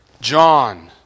John